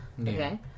okay